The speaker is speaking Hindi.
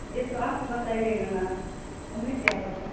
यह तो आप बताइएगा ना हमें क्या पता